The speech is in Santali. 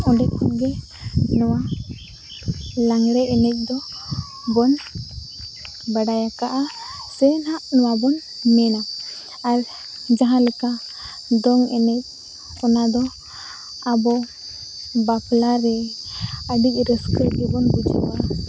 ᱚᱸᱰᱮ ᱠᱷᱚᱱᱜᱮ ᱱᱚᱣᱟ ᱞᱟᱸᱜᱽᱲᱮ ᱮᱱᱮᱡ ᱫᱚᱵᱚᱱ ᱵᱟᱰᱟᱭ ᱟᱠᱟᱫᱟ ᱥᱮ ᱱᱟᱦᱟᱜ ᱱᱚᱣᱟᱵᱚᱱ ᱢᱮᱱᱟ ᱟᱨ ᱡᱟᱦᱟᱸᱞᱮᱠᱟ ᱫᱚᱝ ᱮᱱᱮᱡ ᱚᱱᱟᱫᱚ ᱟᱵᱚ ᱵᱟᱯᱞᱟᱨᱮ ᱟᱹᱰᱤ ᱨᱟᱹᱥᱠᱟᱹ ᱜᱮᱵᱚᱱ ᱵᱩᱡᱷᱟᱹᱣᱟ